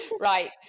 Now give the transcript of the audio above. Right